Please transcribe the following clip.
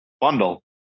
bundle